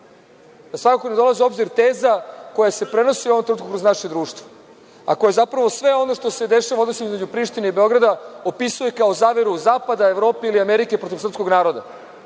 svakako ne dolazi u obzir teza koja se prenosi u ovom trenutku kroz naše društvo, a koja zapravo sve ono što se dešava u odnosima između Prištine i Beograda opisuje kao zaveru zapada, Evrope ili Amerike protiv srpskog naroda. Kada